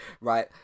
Right